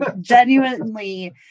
genuinely